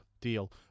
deal